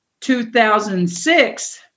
2006